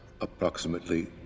Approximately